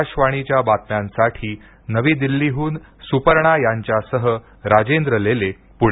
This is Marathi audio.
आकाशवाणीच्या बातम्यांसाठी नवी दिल्लीहून सुपर्णा यांच्यासह राजेंद्र लेले पुणे